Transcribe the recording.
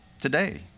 today